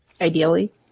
ideally